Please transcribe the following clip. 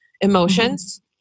emotions